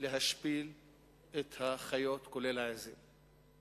להשפיל את החיות, גם לא את העזים.